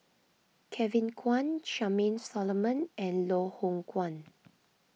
Kevin Kwan Charmaine Solomon and Loh Hoong Kwan